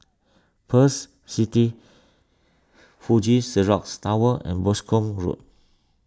Pearl's City Fuji Xerox Tower and Boscombe Road